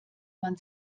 man